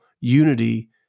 unity